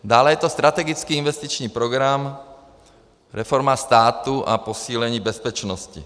Dále je to strategický investiční program, reforma státu a posílení bezpečnosti.